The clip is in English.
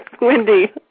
Wendy